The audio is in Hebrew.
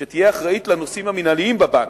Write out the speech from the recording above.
שתהיה אחראית לנושאים המינהלים בבנק,